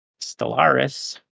Stellaris